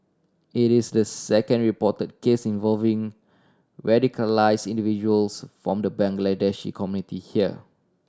it is the second report case involving radicalise individuals from the Bangladeshi E community here